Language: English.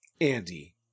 Andy